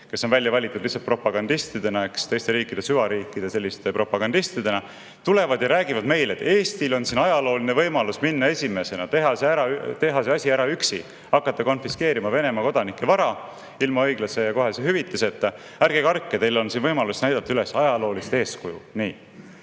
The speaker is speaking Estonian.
kes on välja valitud lihtsalt propagandistidena, eks, teiste riikide süvariikide propagandistidena –, tulevad ja räägivad meile, et Eestil on ajalooline võimalus minna esimesena, teha see asi ära üksi, hakata konfiskeerima Venemaa kodanike vara ilma õiglase ja kohese hüvitiseta. Ärge kartke, teil on siin võimalus näidata ajaloolist eeskuju!